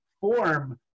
form